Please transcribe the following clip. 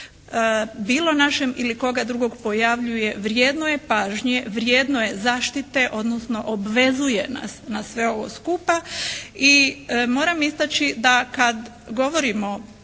bilo našem ili koga drugog pojavljuje, vrijedno je pažnje, vrijedno je zaštite odnosno obvezuje nas na sve ovo skupa. I moram istaći da kad govorimo